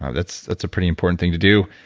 ah that's that's a pretty important thing to do.